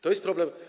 To jest problem.